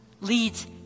leads